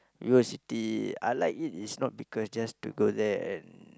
VivoCity I like it is not because just to go there and